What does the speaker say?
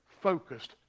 focused